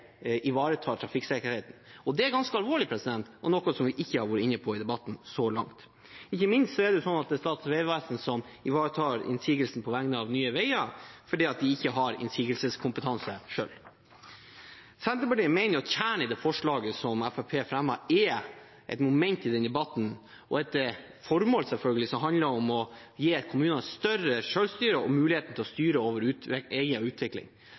ivaretar trafikksikkerheten. Det er ganske alvorlig og noe vi så langt ikke har vært inne på i debatten. Ikke minst er det Statens vegvesen som ivaretar innsigelser på vegne av Nye Veier, fordi de ikke har innsigelseskompetanse selv. Senterpartiet mener kjernen i forslaget Fremskrittspartiet fremmer, er et moment i debatten og et formål som selvfølgelig handler om å gi kommunene større selvstyre og muligheten til å styre over